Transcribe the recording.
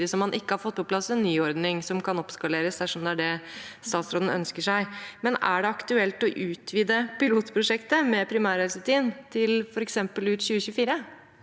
som man ikke har fått på plass en ny ordning som kan oppskaleres, dersom det er det statsråden ønsker seg. Er det aktuelt å utvide pilotprosjektet med primærhelseteam til f.eks. ut 2024?